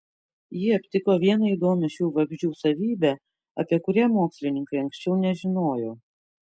ji aptiko vieną įdomią šių vabzdžių savybę apie kurią mokslininkai anksčiau nežinojo